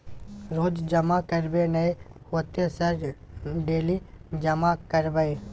रोज जमा करबे नए होते सर डेली जमा करैबै?